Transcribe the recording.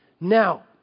Now